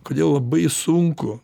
kodėl labai sunku